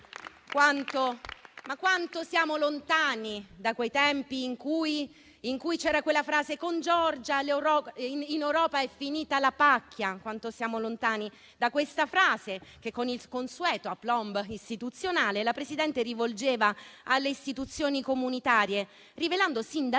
quanto siamo lontani da quei tempi in cui si usava ripetere che con Giorgia in Europa era finita la pacchia! Quanto siamo lontani da questa frase che, con il consueto *aplomb* istituzionale, la Presidente rivolgeva alle istituzioni comunitarie, rivelando sin da